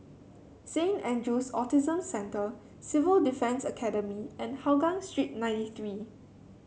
Saint Andrew's Autism Centre Civil Defence Academy and Hougang Street nine three